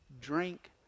drink